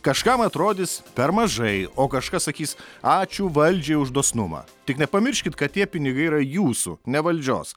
kažkam atrodys per mažai o kažkas sakys ačiū valdžiai už dosnumą tik nepamirškit kad tie pinigai yra jūsų ne valdžios